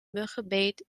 muggenbeet